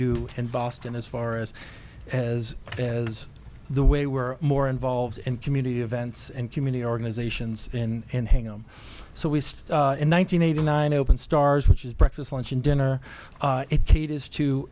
do in boston as far as as as the way we're more involved in community events and community organizations and hang them so we stay in one nine hundred eighty nine open stars which is breakfast lunch and dinner it caters to